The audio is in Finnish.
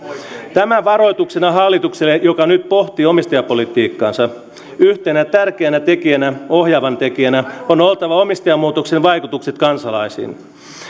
tämä varoituksena hallitukselle joka nyt pohtii omistajapolitiikkaansa yhtenä tärkeänä ohjaavana tekijänä on oltava omistajamuutoksen vaikutukset kansalaisiin